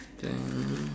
then